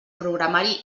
programari